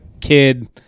kid